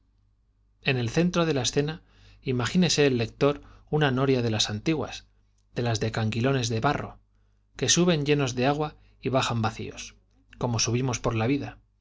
en el centro de la escena imagínese el lector una noria de las antiguas delas de cangilones de barro que suben llenos de agua y bajan vacíos como su imos por la vida